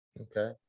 Okay